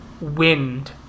wind